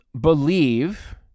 believe